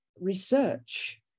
research